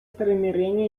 примирения